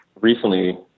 recently